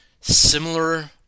similar